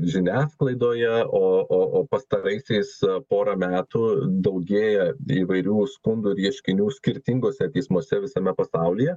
žiniasklaidoje o o o pastaraisiais pora metų daugėja įvairių skundų ir ieškinių skirtinguose teismuose visame pasaulyje